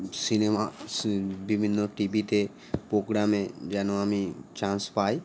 cinema সি বিভিন্ন টিভিতে প্রোগ্রামে যেন আমি চান্স পাই